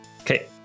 Okay